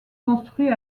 construit